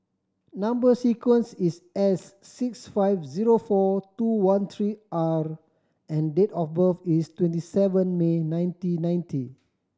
number sequence is S six five zero four two one three R and date of birth is twenty seven May nineteen ninety